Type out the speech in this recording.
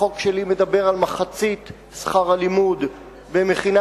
החוק שלי מדבר על מחצית שכר הלימוד במכינה